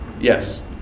yes